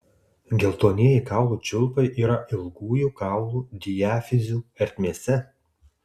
geltonieji kaulų čiulpai yra ilgųjų kaulų diafizių ertmėse